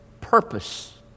Purpose